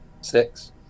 Six